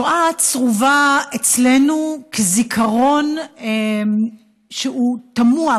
השואה צרובה אצלנו כזיכרון שהוא מוטמע,